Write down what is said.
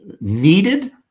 needed